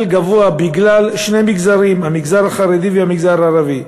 גבוה בגלל שני מגזרים: המגזר החרדי והמגזר הערבי.